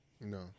No